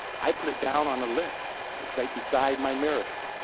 i put it down on a list, it's right beside my mirror,